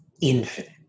infinite